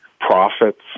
profits